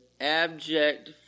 abject